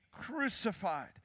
crucified